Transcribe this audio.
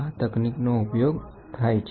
આ તકનીકનો ઉપયોગ થાય છે